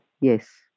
Yes